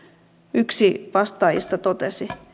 yksi vastaajista totesi